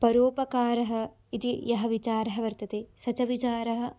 परोपकारः इति यः विचारः वर्तते स च विचारः